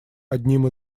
одним